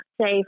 safe